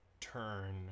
turn